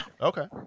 Okay